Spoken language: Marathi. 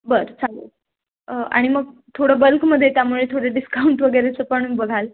बरं चालेल आणि मग थोडं बल्कमध्ये त्यामुळे थोडे डिस्काउंट वगैरेचं पण बघाल